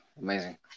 amazing